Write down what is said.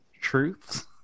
truths